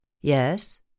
Yes